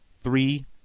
three